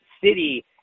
city